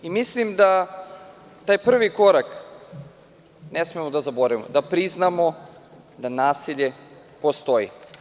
Mislim da taj prvi korak ne smemo da zaboravimo, da priznamo da nasilje postoji.